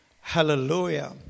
hallelujah